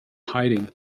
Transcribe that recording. hiding